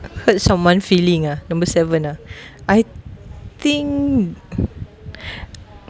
hurt someone's feeling ah number seven ah I think